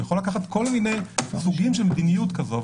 הוא יכול לקחת כל מיני סוגים של מדיניות כזאת.